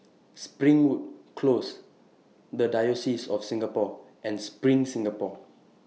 Springwood Close The Diocese of Singapore and SPRING Singapore